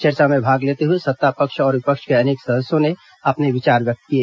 चर्चा में भाग लेते हुए सत्तापक्ष और विपक्ष के अनेक सदस्यों ने अपने विचार व्यक्त किए